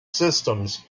systems